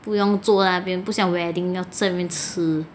不用做在那边不像 wedding 要在那边吃